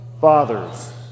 fathers